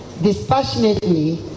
dispassionately